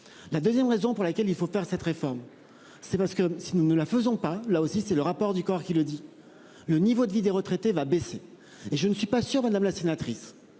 La 2ème. Raison pour laquelle il faut faire cette réforme, c'est parce que si nous ne la faisons pas là aussi c'est le rapport du COR qui le dit. Le niveau de vie des retraités va baisser et je ne suis pas sûr. Madame la sénatrice